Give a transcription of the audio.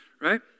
right